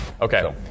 Okay